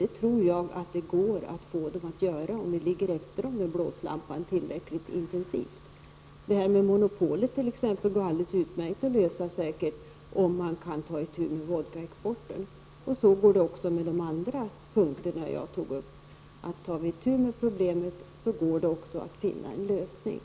Det tror jag att det går att få socialdemokraterna att göra, om vi tillräckligt intensivt ligger efter dem med blåslampan. Problemet med monopolet går säkert alldeles utmärkt att lösa om man kan ta itu med vodkaexporten. Så är det också med de andra punkter som jag tog upp: Tar vi itu med problemen går det också att finna lösningar.